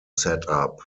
setup